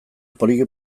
poliki